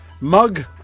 Mug